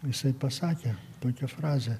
jisai pasakė tokią frazę